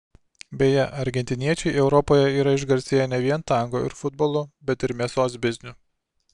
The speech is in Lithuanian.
beje argentiniečiai europoje yra išgarsėję ne vien tango ir futbolu bet ir mėsos bizniu